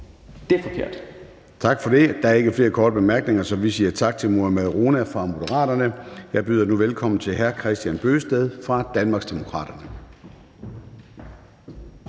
(Søren Gade): Tak for det. Der er ikke flere korte bemærkninger. Så vi siger tak til hr. Mohammad Rona fra Moderaterne. Jeg byder nu velkommen til hr. Kristian Bøgsted fra Danmarksdemokraterne.